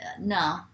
No